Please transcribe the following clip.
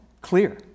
clear